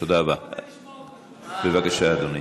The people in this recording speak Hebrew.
לא היה אפשר לשמוע אותו,